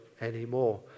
anymore